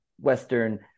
Western